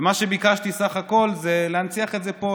מה שביקשתי בסך הכול, להנציח את זה פה.